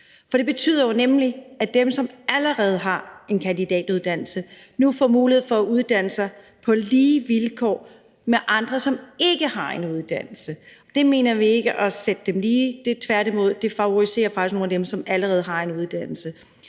For det betyder jo nemlig, at dem, som allerede har en kandidatuddannelse, nu får mulighed for at uddanne sig på lige vilkår med andre, som ikke har en uddannelse. Det mener vi ikke er at sætte dem lige; det favoriserer tværtimod faktisk nogle af dem, som allerede har en uddannelse.